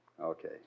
Okay